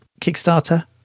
kickstarter